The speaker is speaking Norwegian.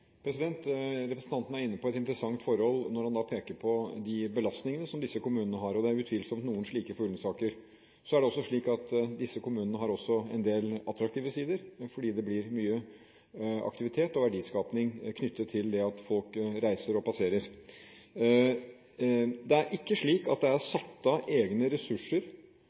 Representanten er inne på et interessant forhold når han peker på de belastningene som disse kommunene har, og det er utvilsomt noen slike i Ullensaker. Så er det også slik at disse kommunene også har en del attraktive sider, fordi det blir mye aktivitet og verdiskaping knyttet til det at folk reiser og passerer. Det er ikke slik at det er satt av egne ressurser